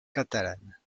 catalane